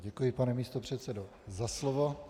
Děkuji, pane místopředsedo, za slovo.